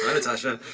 ah natasha.